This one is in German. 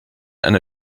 eine